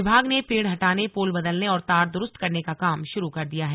विभाग ने पेड़ हटाने पोल बदलने और तार दुरुस्त करने का काम शुरू कर दिया है